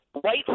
white